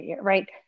right